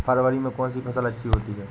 फरवरी में कौन सी फ़सल अच्छी होती है?